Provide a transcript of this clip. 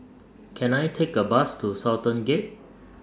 Can I Take A Bus to Sultan Gate